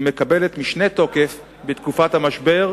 היא מקבלת משנה תוקף בתקופת המשבר,